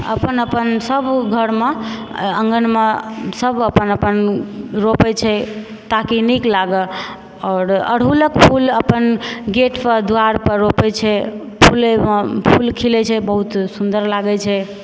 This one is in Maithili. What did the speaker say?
अपन अपन सभ घरमे आँगनमे सभ अपन अपन रोपै छै ताकि नीक लागऽ आओर अरहूलक फूल अपन गेट पर द्वार पर रोपै छै फुलै मे फूल खिलै छै बहुत सुन्दर लागै छै